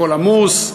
הכול עמוס,